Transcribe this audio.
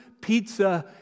pizza